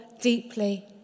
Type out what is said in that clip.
deeply